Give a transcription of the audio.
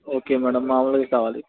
okay madam మామూలువి కావాలి